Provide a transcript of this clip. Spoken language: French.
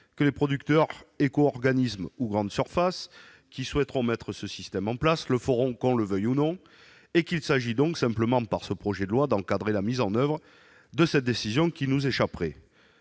que les producteurs, éco-organismes ou grandes surfaces qui souhaiteront instaurer un tel système le feront que nous le voulions ou non, et qu'il s'agit donc simplement, par ce projet de loi, d'encadrer la mise en oeuvre de cette décision qui nous échapperait.